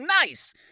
Nice